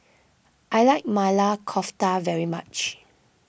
I like Maili Kofta very much